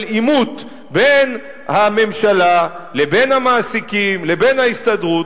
עימות בין הממשלה לבין המעסיקים לבין ההסתדרות.